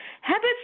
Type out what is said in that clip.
Habits